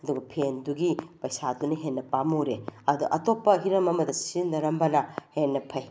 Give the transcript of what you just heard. ꯑꯗꯨꯒ ꯐꯦꯟꯗꯨꯒꯤ ꯄꯩꯁꯥꯗꯨꯅ ꯍꯦꯟꯅ ꯄꯥꯝꯃꯨꯔꯦ ꯑꯗ ꯑꯇꯣꯞꯄ ꯍꯤꯔꯝ ꯑꯃꯗ ꯁꯤꯖꯤꯟꯅꯔꯝꯕꯅ ꯍꯦꯟꯅ ꯐꯩ